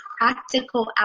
practical